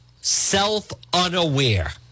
self-unaware